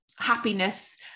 happiness